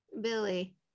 Billy